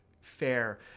fair